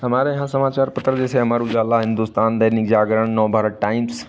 हमारे यहाँ समाचार पत्र जैसे अमर उजाला हिन्दुस्तान दैनिक जागरण नवभारत टाइम्स